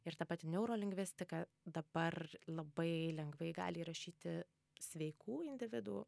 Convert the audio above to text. ir ta pati neurolingvistika dabar labai lengvai gali įrašyti sveikų individų